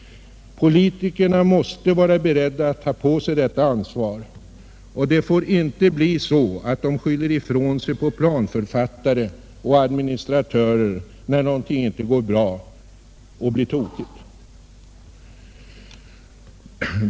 Politikerna måste vara beredda att ta på sig detta ansvar, och det får inte bli så att de skyller ifrån sig på planförfattare och administratörer, när någonting inte går bra utan blir tokigt.